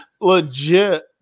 legit